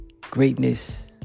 Greatness